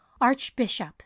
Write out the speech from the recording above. archbishop